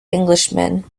englishman